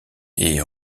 est